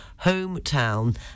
hometown